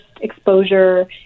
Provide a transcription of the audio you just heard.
exposure